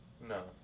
No